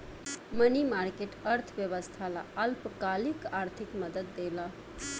मनी market, अर्थव्यवस्था ला अल्पकालिक आर्थिक मदद देला